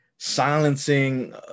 silencing